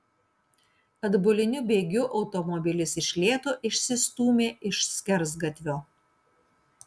atbuliniu bėgiu automobilis iš lėto išsistūmė iš skersgatvio